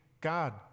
God